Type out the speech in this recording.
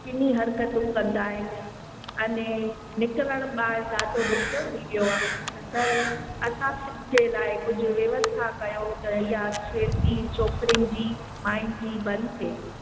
किनी हरकतूं कंदा आहिनि अने निकिरिणु ॿाहिरि ॾाढो ॾुखियो थी वियो आहे त असांजे लाइ कुझु व्यवस्था कयो त इहा फिरकी छोकिरिन जी माइन जी बंदि थे